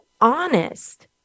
honest